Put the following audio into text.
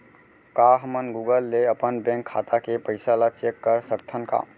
का हमन गूगल ले अपन बैंक खाता के पइसा ला चेक कर सकथन का?